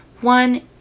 one